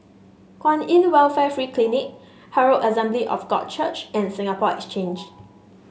Kwan In Welfare Free Clinic Herald Assembly of God Church and Singapore Exchange